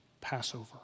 Passover